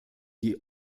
die